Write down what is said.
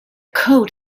coat